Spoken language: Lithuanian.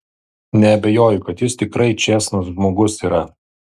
neabejoju kad jis tikrai čėsnas žmogus yra